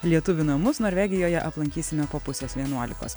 lietuvių namus norvegijoje aplankysime po pusės vienuolikos